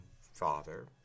father